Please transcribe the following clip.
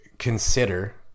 consider